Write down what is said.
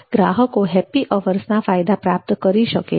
ગ્રાહકો "happy hours" ના ફાયદા પ્રાપ્ત કરી શકે છે